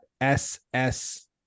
SS